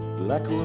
black